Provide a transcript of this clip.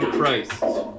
Christ